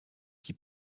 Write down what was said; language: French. qui